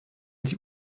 die